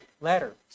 letters